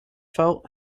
felt